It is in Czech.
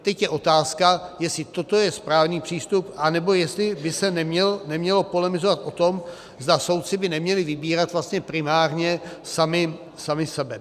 Teď je otázka, jestli toto je správný přístup, anebo jestli by se nemělo polemizovat o tom, zda soudci by neměli vybírat vlastně primárně sami sebe.